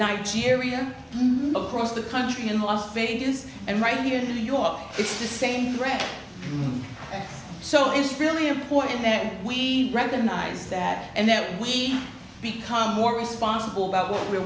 nigeria across the country in las vegas and right here in the you of it's the same brand so it's really important that we recognize that and that we become more responsible about what we're